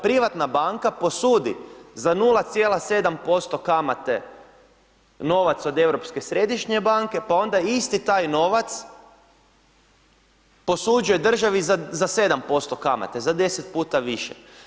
Privatna banka posudi za 0,7% kamate novac od Europske središnje banke pa onda isti taj novac posuđuje državi za 7% kamate, za 10 puta više.